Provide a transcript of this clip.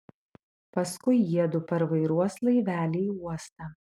paskui jiedu parvairuos laivelį į uostą